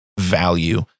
value